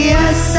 Yes